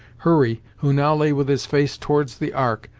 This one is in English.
hurry, who now lay with his face towards the ark,